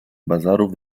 bazarów